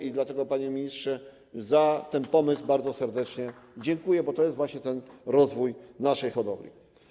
I dlatego, panie ministrze, za ten pomysł bardzo serdecznie dziękuję, bo to jest właśnie ten rozwój naszej hodowli.